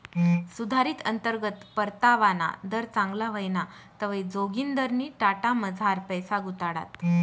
सुधारित अंतर्गत परतावाना दर चांगला व्हयना तवंय जोगिंदरनी टाटामझार पैसा गुताडात